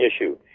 issue